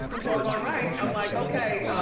doggone right. i'm like okay,